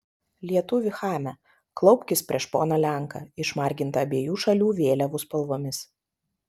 lietuvi chame klaupkis prieš poną lenką išmargintą abiejų šalių vėliavų spalvomis